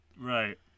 Right